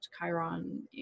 Chiron